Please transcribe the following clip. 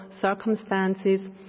circumstances